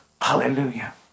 Hallelujah